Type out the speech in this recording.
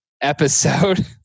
episode